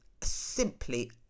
simply